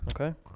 Okay